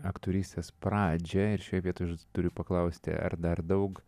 aktorystės pradžią ir šioj vietoj turiu paklausti ar dar daug